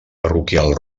parroquial